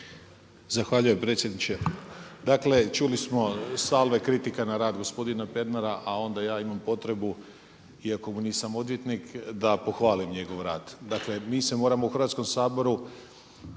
Zahvaljujem predsjedniče. Dakle, čuli smo salve kritika na rad gospodina Pernara, a onda ja imam potrebu iako mu nisam odvjetnik da pohvalim njegov rad. Dakle, mi se moramo u Hrvatskom saboru